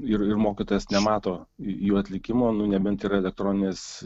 ir ir mokytojas nemato jų atlikimo nebent yra elektroninės